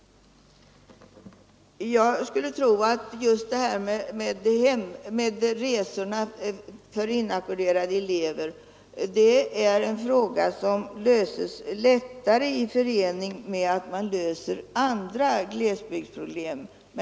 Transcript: Jag tror att problemet med resorna för inackorderade elever löses lättare i samband med att vi löser andra glesbygdsproblem.